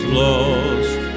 lost